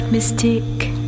Mystique